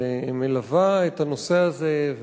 שמלווה את הנושא הזה,